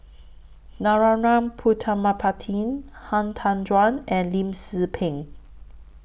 Narana Putumaippittan Han Tan Juan and Lim Tze Peng